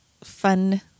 fun